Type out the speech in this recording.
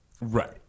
Right